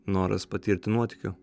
noras patirti nuotykių